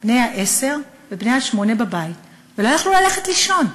בני העשר והשמונה, בבית, ולא יכלו ללכת לישון.